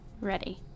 Ready